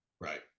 Right